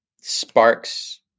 sparks